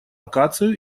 акацию